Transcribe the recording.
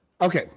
Okay